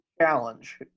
challenge